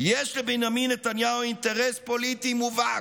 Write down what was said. יש לבנימין נתניהו "אינטרס פוליטי מובהק,